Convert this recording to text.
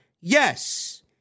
Yes